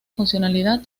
funcionalidad